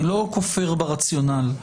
אני לא כופר ברציונל,